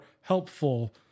helpful